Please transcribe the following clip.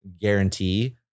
Guarantee